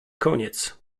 koniec